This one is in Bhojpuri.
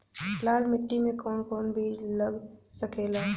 लाल मिट्टी में कौन कौन बीज लग सकेला?